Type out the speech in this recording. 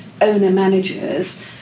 owner-managers